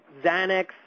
Xanax